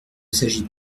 s’agit